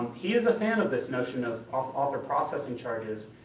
he is a fan of this notion of of author-processing charges,